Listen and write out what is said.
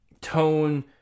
tone